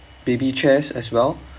baby chairs as well